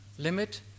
limit